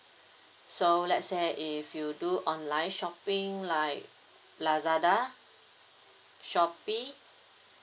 so let's say if you do online shopping like lazada shopee